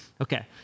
Okay